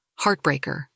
Heartbreaker